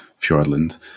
Fjordland